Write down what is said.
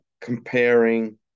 comparing